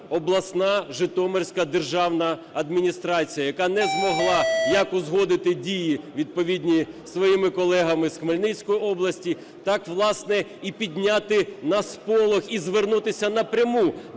обласна Житомирська державна адміністрація, яка не змогла як узгодити дії відповідні зі своїми колегами з Хмельницької області, так, власне, і підняти на сполох і звернутися напряму